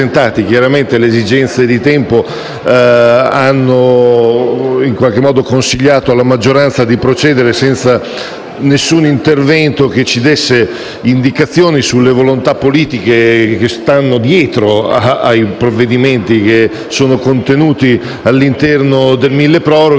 Chiaramente, le esigenze di tempo hanno in qualche modo consigliato alla maggioranza di procedere senza alcun intervento che ci desse indicazioni sulle volontà politiche presenti dietro ai provvedimenti contenuti all'interno del milleproroghe,